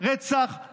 רצח,